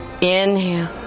Inhale